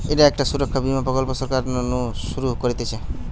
ইটা একটা সুরক্ষা বীমা প্রকল্প সরকার নু শুরু করতিছে